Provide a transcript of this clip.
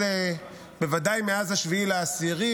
בוודאי מאז 7 באוקטובר,